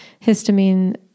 Histamine